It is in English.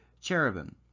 cherubim